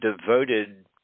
devoted